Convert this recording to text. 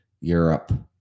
Europe